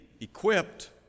equipped